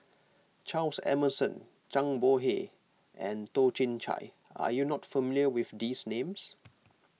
Charles Emmerson Zhang Bohe and Toh Chin Chye are you not familiar with these names